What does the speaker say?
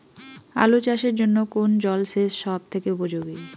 আলু চাষের জন্য কোন জল সেচ সব থেকে উপযোগী?